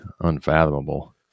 unfathomable